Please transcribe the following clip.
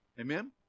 Amen